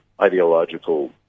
ideological